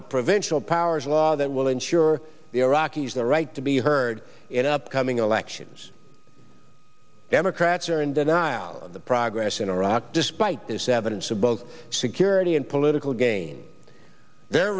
a provincial powers law that will ensure the iraqis the right to be heard in upcoming elections democrats are in denial of the progress in iraq despite this evidence of both security and political gain their